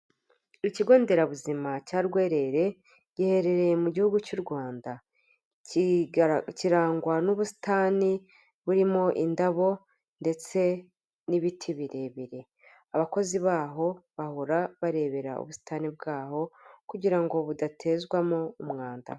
Ikigo nderabuzima cya Rwerere giherereye mu gihugu cy'u Rwanda, kirangwa n'ubusitani burimo indabo, ndetse n'ibiti birebire, abakozi baho bahora barebera ubusitani bwaho, kugira ngo budatezwamo umwanda.